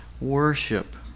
worship